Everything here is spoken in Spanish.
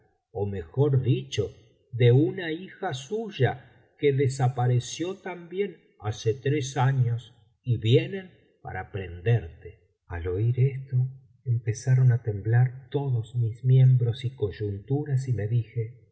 ó mejor dicho de una hija suya que desapareció también hace tres años y vienen para prenderte al óir esto empezaron á temblar todos mis miembros y coyunturas y me dije